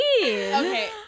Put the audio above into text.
Okay